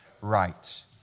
right